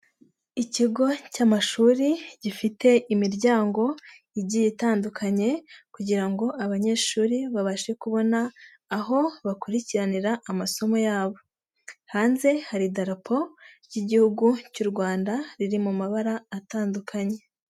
Ikigo cy'amashuri gifite imiryango igiye itandukanye, kugira ngo abanyeshuri babashe kubona aho bakurikiranira amasomo yabo. Hanze hari idarapo ry'igihugu cy'u Rwanda, riri mu mabara atandukanye.